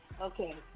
Okay